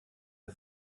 der